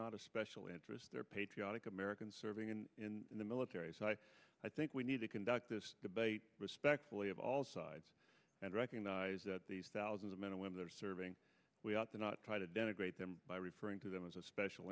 not of special interest they're patriotic americans serving in the military i think we need to conduct this debate respectfully of all sides and recognize that these thousands of men and women are serving we ought to not try to denigrate them by referring to them as a special